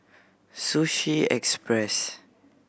Sushi Express